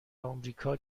آمریکا